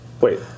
Wait